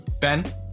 Ben